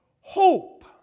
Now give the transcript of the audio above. hope